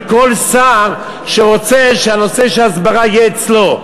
של כל שר שרוצה שהנושא של ההסברה יהיה אצלו.